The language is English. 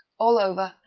all over,